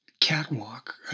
catwalk